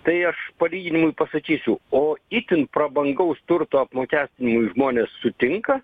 tai aš palyginimui pasakysiu o itin prabangaus turto apmokestinimui žmonės sutinka